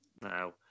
Now